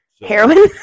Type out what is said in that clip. Heroin